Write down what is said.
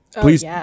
please